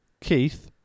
Keith